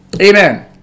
Amen